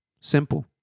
Simple